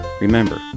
Remember